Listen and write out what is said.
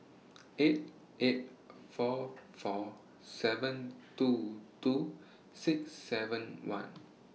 eight eight four four seven two two six seven one